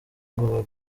ngo